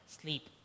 sleep